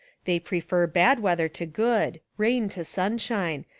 they prefer bad weather to good, rain to sunshine,